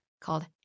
called